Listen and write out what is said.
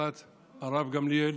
משפחת הרב גמליאל